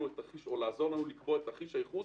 תרחיש או לעזור לנו לקבוע את תרחיש הייחוס